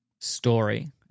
story